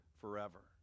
forever